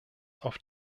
auf